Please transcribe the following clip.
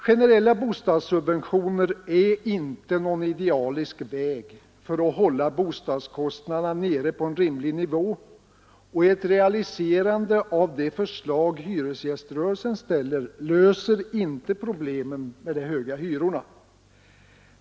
Generella bostadssubventioner är inte någon idealisk väg för att hålla bostadskostnaderna nere på en rimlig nivå, och ett realiserande av det förslag hyresgäströrelsen ställer löser inte problemen med de höga hyrorna.